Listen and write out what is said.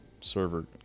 server